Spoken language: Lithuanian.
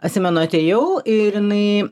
atsimenu atėjau ir jinai